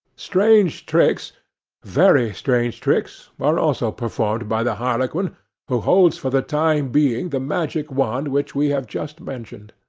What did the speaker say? strange tricks very strange tricks are also performed by the harlequin who holds for the time being the magic wand which we have just mentioned.